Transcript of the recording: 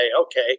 okay